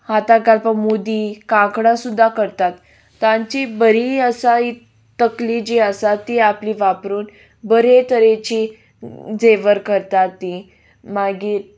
हाताक घालपाक मुदी कांकणां सुद्दां करतात तांची बरी आसा ही तकली जी आसा ती आपली वापरून बरे तरेची झेवर करतात तीं मागीर